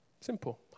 Simple